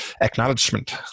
acknowledgement